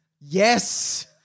Yes